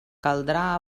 caldrà